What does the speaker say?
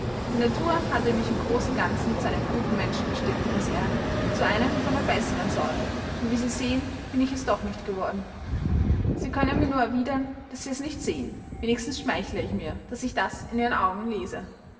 die natur hatte mich im großen ganzen zu einem guten menschen bestimmt miß eyre zu einem von der besseren sorte und wie sie sehen bin ich es doch nicht geworden sie können mir nun erwidern daß sie es nicht sehen wenigstens schmeichle ich mir daß ich das in ihrem auge lese